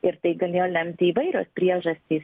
ir tai galėjo lemti įvairios priežastys